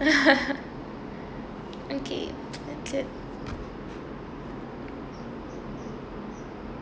okay that's it